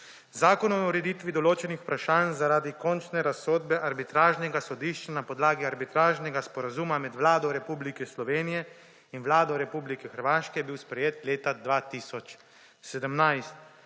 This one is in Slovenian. Zakon o ureditve določenih vprašanj zaradi končne razsodbe arbitražnega sodišča na podlagi Arbitražnega sporazuma med Vlado Republike Slovenije in Vlado Republike Hrvaške je bil sprejet leta 2017,